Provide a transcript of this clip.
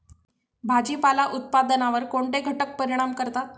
भाजीपाला उत्पादनावर कोणते घटक परिणाम करतात?